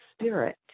spirit